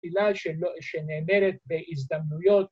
‫תפילה שנאמרת בהזדמנויות.